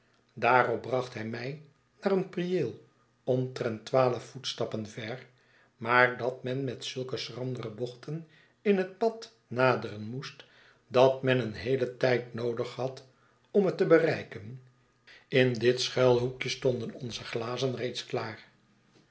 daarop bracht hij mij naar een prieel omtrent twaalf voetstappen ver maar dat men met zulke schrandere bochten in het pad naderen moest dat men een heelen tijd noodig had om het te bereiken in dit schuilhoekje stonden onze glazen reeds klaar